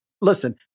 listen